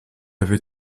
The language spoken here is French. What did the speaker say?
avait